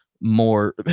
more